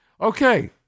Okay